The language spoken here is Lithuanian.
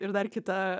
ir dar kita